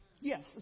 Yes